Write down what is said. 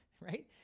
right